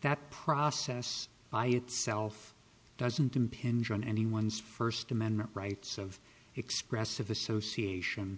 that process by itself doesn't impinge on anyone's first amendment rights of expressive association